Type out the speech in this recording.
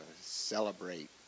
celebrate